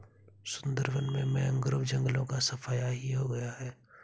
सुंदरबन में मैंग्रोव जंगलों का सफाया ही हो गया है